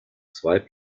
zwei